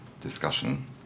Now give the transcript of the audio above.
discussion